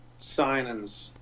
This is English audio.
signings